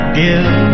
give